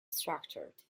structured